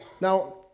Now